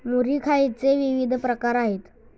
मुरी खायचे विविध प्रकार आहेत